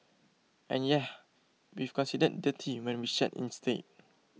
and yeah we've considered dirty when we shed instead